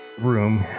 room